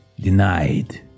denied